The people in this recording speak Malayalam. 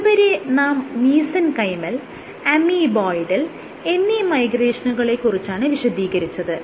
ഇതുവരെ നാം മീസെൻകൈമൽ അമീബോയ്ഡൽ എന്നീ മൈഗ്രേഷനുകളെ കുറിച്ചാണ് വിശദീകരിച്ചത്